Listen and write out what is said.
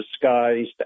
disguised